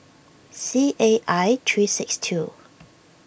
C A I three six two